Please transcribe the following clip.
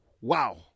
wow